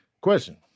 Question